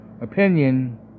opinion